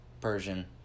Persian